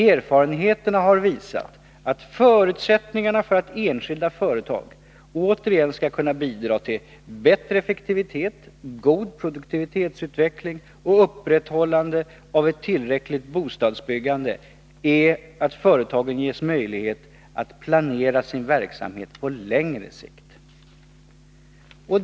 Erfarenheterna har visat att förutsättningarna för att enskilda företag återigen skall kunna bidra till bättre effektivitet, god produktivitetsutveckling och upprätthållande av ett tillräckligt bostadsbyggande är att företagen ges möjlighet att planera sin verksamhet på längre sikt.